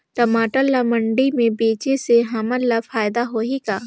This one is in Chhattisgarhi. टमाटर ला मंडी मे बेचे से हमन ला फायदा होही का?